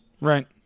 Right